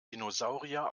dinosaurier